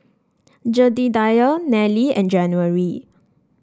Jedediah Nellie and January